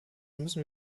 müssen